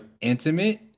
intimate